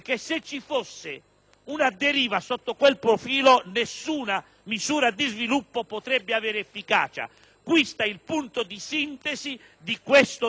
una deriva sotto quel profilo, nessuna misura di sviluppo potrebbe avere efficacia. Questo è il punto di sintesi del decreto-legge